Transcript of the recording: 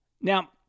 Now